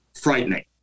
frightening